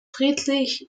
friedrich